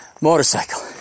Motorcycle